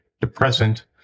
depressant